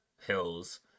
hills